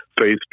faith